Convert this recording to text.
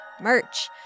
merch